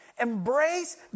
embrace